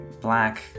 black